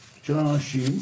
אנשים,